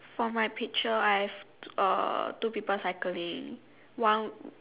for my picture I have uh two people cycling one